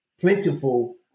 plentiful